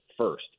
first